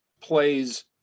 plays